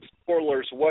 spoilers